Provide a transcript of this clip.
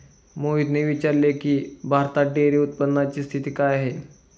मोहितने विचारले की, भारतात डेअरी उत्पादनाची स्थिती काय आहे?